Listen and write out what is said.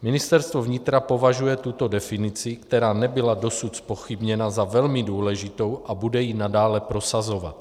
Ministerstvo vnitra považuje tuto definici, která nebyla dosud zpochybněna, za velmi důležitou a bude ji nadále prosazovat.